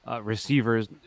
receivers